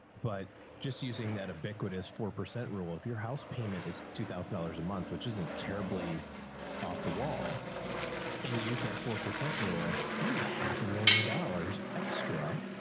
but just using that, a big equitas, four percent rule. if your house payment is two thousand dollars a month, which isn't terribly off the wall and use that four percent rule, you need half a million dollars extra.